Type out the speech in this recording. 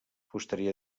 fusteria